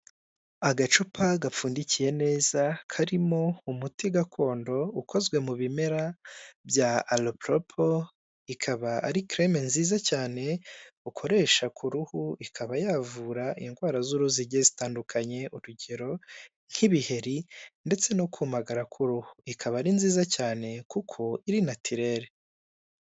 Agacupa gapfundikiye neza karimo umuti gakondo ukozwe mu bimera bya aluporopo ikaba ari kereme nziza cyane ukoresha ku ruhu ikaba yavura indwara z'uruhu zigiye zitandukanye urugero nk'ibiheri ndetse no kumagara k'uruhu ikaba ari nziza cyane kuko iri natirere.